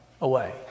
away